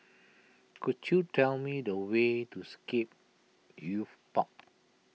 could you tell me the way to Scape Youth Park